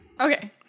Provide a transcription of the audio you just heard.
Okay